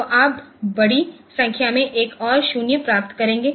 तो आप बड़ी संख्या में एक और शून्य प्राप्त करेंगे